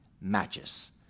matches